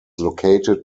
located